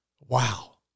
wow